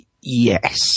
yes